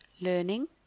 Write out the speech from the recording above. learning